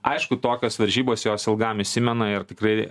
aišku tokios varžybos jos ilgam įsimena ir tikrai